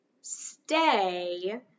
stay